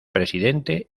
presidente